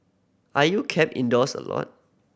are you kept indoors a lot